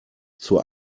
zur